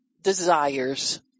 desires